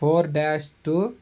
four dash two